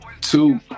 two